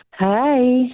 Hi